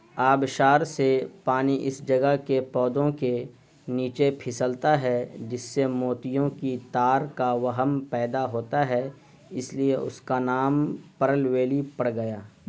آبشار سے پانی اس جگہ کے پودوں کے نیچے پھسلتا ہے جس سے موتیوں کی تار کا وہم پیدا ہوتا ہے اس لیے اس کا نام پرل ویلی پڑ گیا